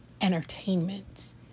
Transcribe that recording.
entertainment